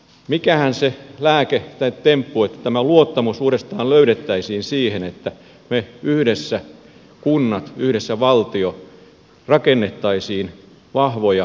mikähän se lääke tai temppu on että tämä luottamus uudestaan löydettäisiin siihen että me yhdessä kunnat yhdessä ja valtio rakentaisimme vahvoja peruskuntia